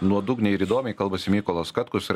nuodugniai ir įdomiai kalbasi mykolas katkus ir